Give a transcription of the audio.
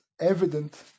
evident